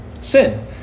Sin